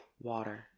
Water